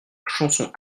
chanson